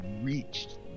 reached